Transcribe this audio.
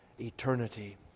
eternity